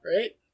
right